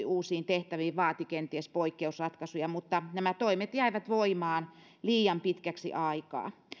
uusiin tehtäviin vaati kenties poikkeusratkaisuja mutta nämä toimet jäivät voimaan liian pitkäksi aikaa